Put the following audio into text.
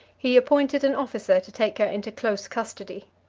he appointed an officer to take her into close custody.